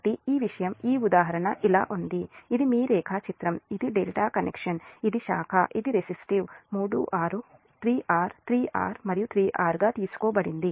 కాబట్టి ఈ విషయం ఈ ఉదాహరణ ఇలా ఉంది ఇది మీ రేఖాచిత్రం ఇది డెల్టా కనెక్షన్ ఇది శాఖ ఇది రెసిస్టివ్ 3R 3R మరియు 3R తీసుకోబడింది